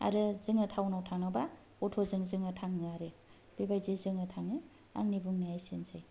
आरो जोङो टाउनाव थाङोबा अट'जों जोङो थाङो आरो बेबादिनो जोङो थाङो आंनि बुंनाया एसेनोसै